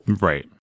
Right